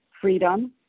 freedom